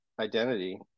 identity